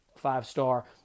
five-star